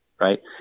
right